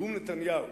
נאום נתניהו,